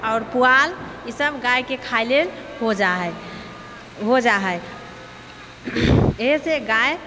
आओर पुआल ई सभ गायके खाय लेल हो जा है हो जा है एहिसँ गाय